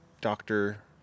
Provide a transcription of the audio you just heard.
doctor